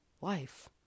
life